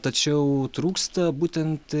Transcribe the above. tačiau trūksta būtent